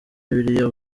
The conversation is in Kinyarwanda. bibiliya